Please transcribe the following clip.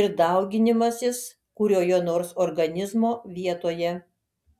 ir dauginimasis kurioje nors organizmo vietoje